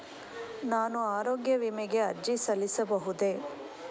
ನಾನು ಆರೋಗ್ಯ ವಿಮೆಗೆ ಅರ್ಜಿ ಸಲ್ಲಿಸಬಹುದೇ?